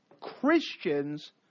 Christians